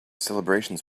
celebrations